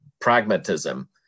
pragmatism